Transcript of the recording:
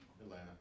Atlanta